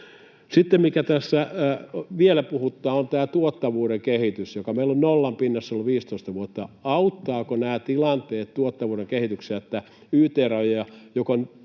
Sitten mikä tässä vielä puhuttaa, on tämä tuottavuuden kehitys, joka meillä on nollan pinnassa ollut 15 vuotta. Auttavatko nämä tilanteet tuottavuuden kehitystä, että yt-rajoja,